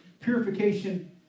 purification